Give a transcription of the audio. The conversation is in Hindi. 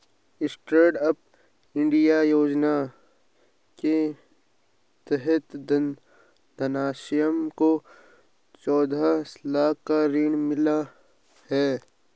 स्टैंडअप इंडिया योजना के तहत घनश्याम को चौदह लाख का ऋण मिला है